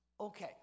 Okay